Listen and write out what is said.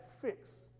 fix